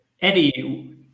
Eddie